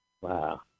Wow